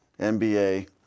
NBA